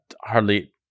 Hardly